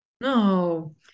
No